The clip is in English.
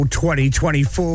2024